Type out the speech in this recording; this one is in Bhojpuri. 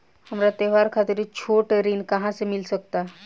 हमरा त्योहार खातिर छोट ऋण कहाँ से मिल सकता?